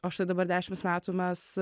o štai dabar dešims metų mes